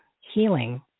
healing